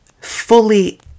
fully